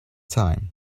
time